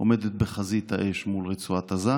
עומדת בחזית האש מול רצועת עזה,